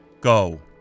Go